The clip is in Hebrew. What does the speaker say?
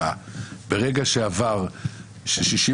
אבל אני מבין שצריך להעביר את החוק הזה משיקולים